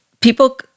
People